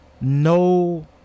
No